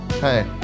hey